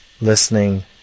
listening